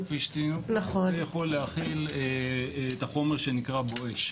ויכול להכיל את החומר שנקרא "בואש".